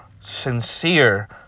sincere